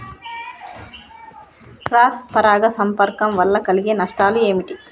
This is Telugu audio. క్రాస్ పరాగ సంపర్కం వల్ల కలిగే నష్టాలు ఏమిటి?